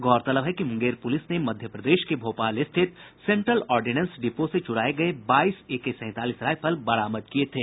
गौरतलब है कि मुंगेर पुलिस ने मध्य प्रदेश के भोपाल स्थित सेंट्रल ऑर्डिनेंस डिपो से चुराये गये बाईस एके सैंतालीस राइफल बरामद किये थे